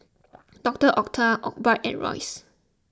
Doctor Oetker Obike and Royce